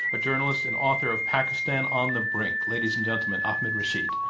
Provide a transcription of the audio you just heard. a journalist and author of pakistan on the brink. ladies and gentlemen, ahmed rashid.